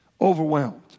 Overwhelmed